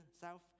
south